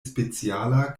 speciala